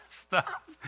stop